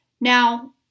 Now